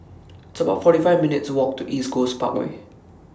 It's about forty five minutes' Walk to East Coast Parkway